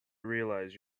realize